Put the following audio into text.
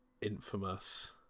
infamous